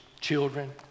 children